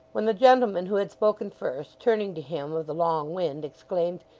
when the gentleman who had spoken first, turning to him of the long wind, exclaimed,